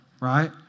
Right